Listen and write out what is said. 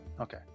Okay